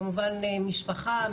כמובן משפחה,